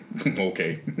Okay